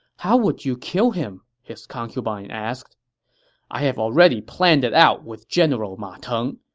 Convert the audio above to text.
how would you kill him? his concubine asked i have already planned it out with general ma teng.